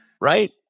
Right